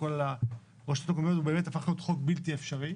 הכל על הרשות המקומית והוא באמת הפך להיות חוק בלתי אפשרי.